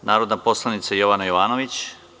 Reč ima narodna poslanica Jovana Jovanović.